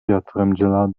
yatırımcılar